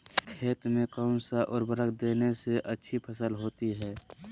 खेत में कौन सा उर्वरक देने से अच्छी फसल होती है?